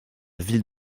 ville